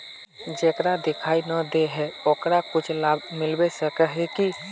जेकरा दिखाय नय दे है ओकरा कुछ लाभ मिलबे सके है की?